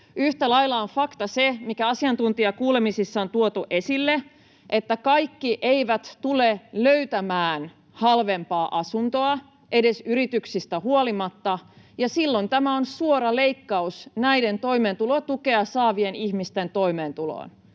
Yhtä lailla on fakta se, mikä asiantuntijakuulemisissa on tuotu esille, että kaikki eivät tule löytämään halvempaa asuntoa edes yrityksistä huolimatta, ja silloin tämä on suora leikkaus näiden toimeentulotukea saavien ihmisten toimeentuloon,